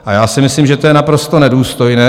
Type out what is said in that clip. A já si myslím, že to je naprosto nedůstojné.